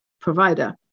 provider